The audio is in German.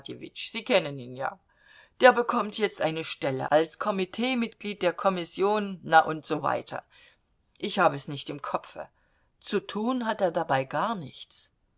sie kennen ihn ja der bekommt jetzt eine stelle als komiteemitglied der kommission na und so weiter ich habe es nicht im kopfe zu tun hat er dabei gar nichts